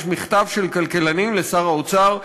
יש מכתב של כלכלנים לשר האוצר,